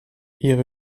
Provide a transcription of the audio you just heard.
ihre